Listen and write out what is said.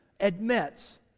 admits